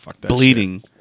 bleeding